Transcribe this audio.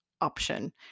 option